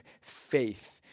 faith